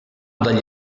dagli